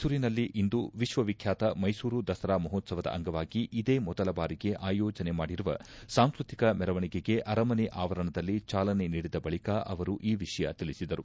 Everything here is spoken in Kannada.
ಮೈಸೂರಿನಲ್ಲಿಂದು ವಿಶ್ವವಿಖ್ಯಾತ ಮೈಸೂರು ದಸರಾ ಮಹೋತ್ಸವದ ಅಂಗವಾಗಿ ಇದೇ ಮೊದಲ ಬಾರಿಗೆ ಆಯೋಜನೆ ಮಾಡಿರುವ ಸಾಂಸ್ಕೃತಿಕ ಮೆರವಣಿಗೆಗೆ ಅರಮನೆ ಆವರಣದಲ್ಲಿ ಚಾಲನೆ ನೀಡಿದ ಬಳಿಕ ಅವರು ಈ ವಿಷಯ ತಿಳಿಸಿದರು